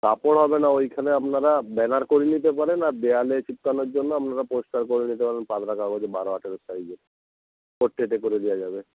কাপড় হবে না ওইখানে আপনারা ব্যানার করে নিতে পারেন আর দেয়ালে চিপকানোর জন্য আপনারা পোস্টার করে নিতে পারেন পাতলা কাগজে বারো হাতের সাইজে ও কেটে করে দেয়া যাবে